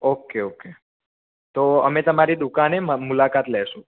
okay okay તો અમે તમારી દુકાને મુલાકાત લેશું